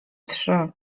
trzy